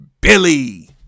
Billy